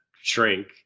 shrink